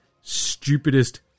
stupidest